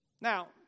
Now